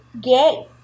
gay